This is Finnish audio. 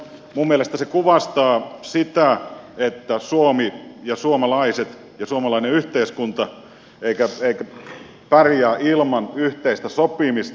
minun mielestäni se kuvastaa sitä että suomi ja suomalaiset ja suomalainen yhteiskunta eivät pärjää ilman yhteistä sopimista